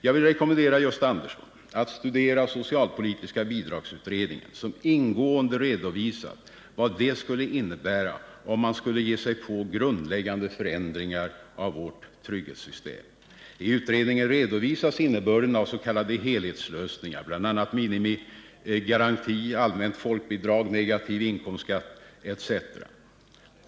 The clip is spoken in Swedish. Jag vill rekommendera Gösta Andersson att studera betänkandet från socialpolitiska bidragsutredningen, som ingående redovisat vad det skulle innebära om man gav sig på grundläggande förändringar av vårt trygghetssystem. I utredningen redovisas innebörden av s.k. helhetslösningar — bl.a. minimigaranti, allmänt folkbidrag, negativ inkomstskatt etc.